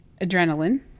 adrenaline